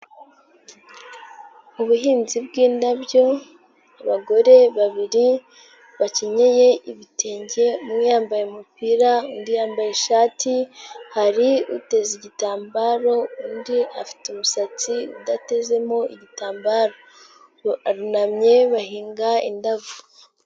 Ubuhinzi bw'indabyo, abagore babiri bakinyeye ibitenge, umwe yambaye umupira, undi yambaye ishati, hari uteze igitambaro, undi afite umusatsi udatezemo igitambaro, barunamye, bahinga indabo.